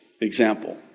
Example